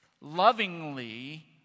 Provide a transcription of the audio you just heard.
lovingly